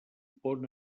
pont